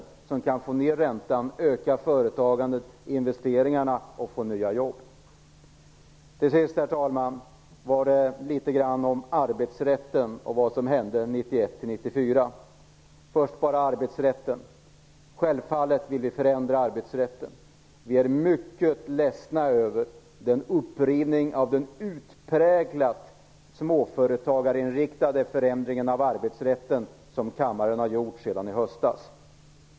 Det är det som kan få ned räntan, öka företagandet och investeringarna och ge nya jobb. Till sist, herr talman, vill jag säga något om arbetsrätten och vad som hände 1991-1994. Självfallet vill vi förändra arbetsrätten. Vi är mycket ledsna över den upprivning av den utpräglat småföretagarinriktade förändringen av arbetsrätten som kammaren har gjort sedan i höstas.